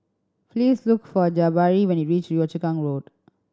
please look for Jabari when you reach Yio Chu Kang Road